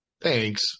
thanks